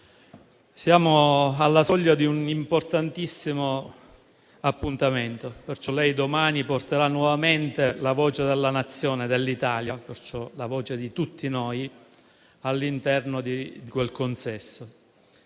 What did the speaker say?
siamo alla soglia di un importantissimo appuntamento: domani lei porterà nuovamente la voce della Nazione, dell'Italia, perciò la voce di tutti noi, all'interno di quel consesso.